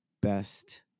best